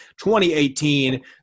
2018